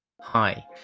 Hi